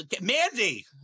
Mandy